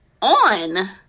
on